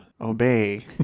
Obey